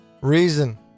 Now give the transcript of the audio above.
Reason